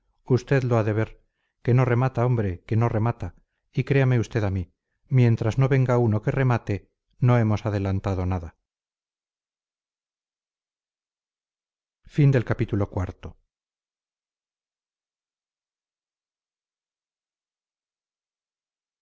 usted lo ha de ver que no remata hombre que no remata y créame usted a mí mientras no venga uno que remate no hemos adelantado nada